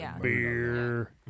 Beer